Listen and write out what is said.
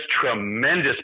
tremendous